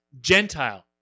Gentile